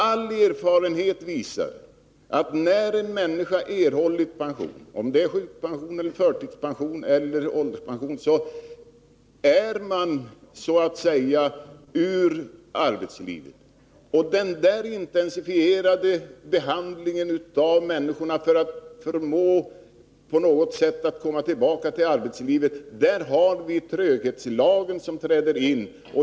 All erfarenhet visar att när en människa erhållit pension — det må vara förtidspension, sjukpension eller ålderspension — så är hon så att säga ur arbetslivet. Den intensifierade behandlingen av människorna för att förmå dem att på något sätt komma tillbaka till arbetslivet motverkas av den tröghetslag som kommer in i bilden.